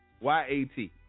Y-A-T